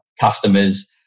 customers